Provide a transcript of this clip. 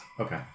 Okay